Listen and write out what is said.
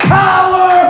power